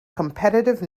competitive